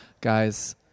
Guys